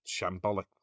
shambolic